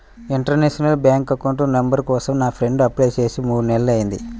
international bank account number కోసం నా friend apply చేసి మూడు నెలలయ్యింది